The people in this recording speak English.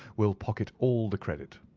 will pocket all the credit.